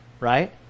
right